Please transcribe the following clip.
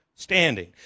standing